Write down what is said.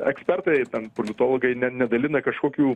ekspertai ten politologai ne nedalina kažkokių